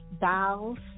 dolls